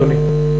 אדוני.